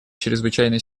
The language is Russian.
чрезвычайной